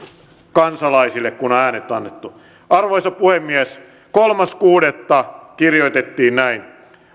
kansalaisille kun äänet on annettu arvoisa puhemies kolmas kuudetta kirjoitettiin näin